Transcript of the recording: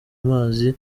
mazi